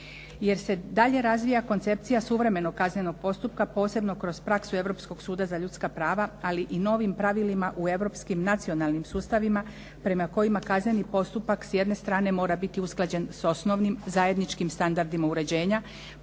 Jer se dalje razvija koncepcija suvremenog kaznenog postupka, posebno kroz praksu Europskog suda za ljudska prava, ali i novim pravilima u europskim nacionalnim sustavima prema kojima kazneni postupak s jedne strane mora biti usklađen s osnovnim zajedničkim standardima uređenja